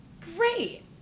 Great